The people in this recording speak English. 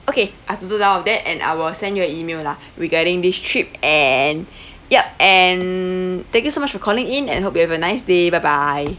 okay I've noted down of that and I will send you an email lah regarding this trip and yup and thank you so much for calling in and hope you have a nice day bye bye